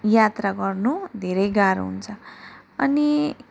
यात्रा गर्नु धेरै गारो हुन्छ अनि